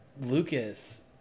Lucas